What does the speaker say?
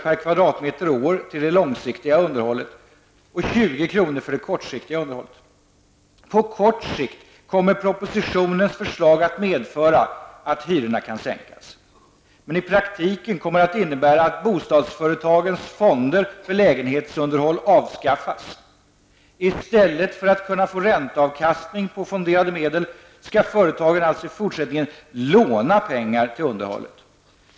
per kvadratmeter och år till det långsiktiga underhållet och 20 kr. för det kortsiktiga underhållet. På kort sikt kommer propositionens förslag att medföra att hyrorna kan sänkas. Men i praktiken kommer det att innebära att bostadsföretagens fonder för lägenhetsunderhåll avskaffas. I stället för att kunna få ränteavkastning på fonderade medel skall företagen alltså i fortsättningen låna pengar till underhållet.